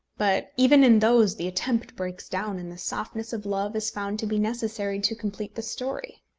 but even in those the attempt breaks down, and the softness of love is found to be necessary to complete the story.